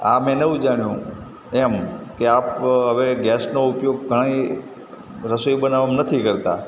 આ મેં નવું જાણ્યું એમ કે આપ હવે ગેસનો ઉપયોગ ઘણી રસોઈ બનાવવામાં નથી કરતા